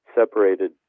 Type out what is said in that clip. separated